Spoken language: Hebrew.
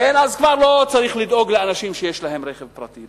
כבר לא צריך לדאוג לאנשים שיש להם רכב פרטי.